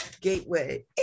Gateway